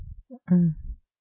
mm